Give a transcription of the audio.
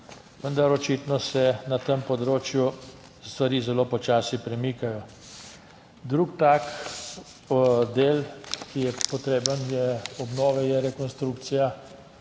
vendar očitno se na tem področju stvari zelo počasi premikajo. Drug tak del, ki je potreben obnove je rekonstrukcija